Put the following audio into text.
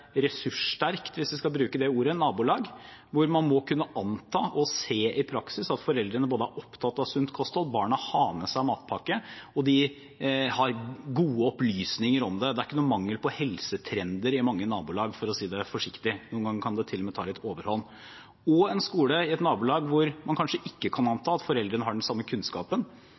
ressurssterkt, hvis vi skal bruke det ordet, nabolag hvor man må kunne anta, og se i praksis, at foreldrene både er opptatt av sunt kosthold, barna har med seg matpakke, og de er godt opplyst om det – det er ikke noe mangel på helsetrender i mange nabolag, for å si det forsiktig, noen ganger kan det til og med ta litt overhånd – og en skole i et nabolag hvor man kanskje ikke kan